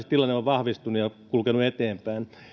tilanne on vahvistunut ja kulkenut eteenpäin